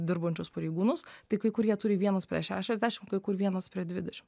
dirbančius pareigūnus tai kai kurie turi vienas prie šešiasdešim kai kur vienas prie dvidešim